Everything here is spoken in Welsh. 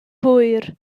hwyr